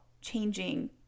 changing